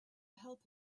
help